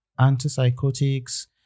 antipsychotics